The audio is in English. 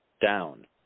down